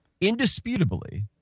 indisputably